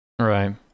right